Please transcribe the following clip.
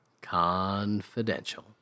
Confidential